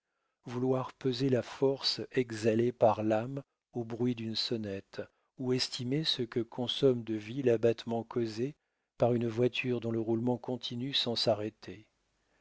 vouloir peser la force exhalée par l'âme au bruit d'une sonnette ou estimer ce que consomme de vie l'abattement causé par une voiture dont le roulement continue sans s'arrêter